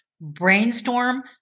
brainstorm